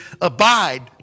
abide